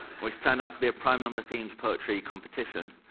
which turned out to be a prime number-themed poetry competition.